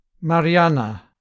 Mariana